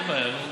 אין בעיה.